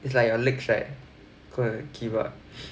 it's like your legs right going to give up